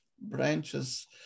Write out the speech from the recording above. branches